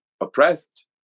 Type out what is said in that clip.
oppressed